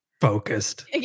focused